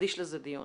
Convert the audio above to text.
ונקדיש דיון